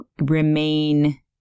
remain